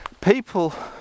people